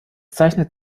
zeichnet